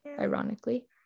ironically